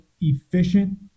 efficient